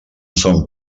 són